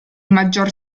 maggior